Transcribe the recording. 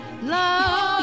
Love